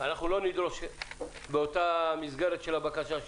אנחנו לא נדרוש באותה מסגרת של הבקשה שלי.